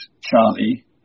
Charlie